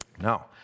Now